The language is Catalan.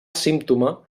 símptoma